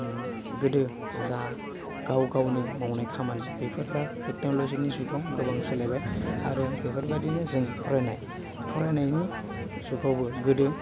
उम गोदो जा गाव गावनो मावनाय खामानि बेफोर दा टेक्न'लजिनि जुगाव गोबां सोलायबाय आरो बेफोरबायदिनो जों फरायनाय फरायनायनि जुगावबो गोदो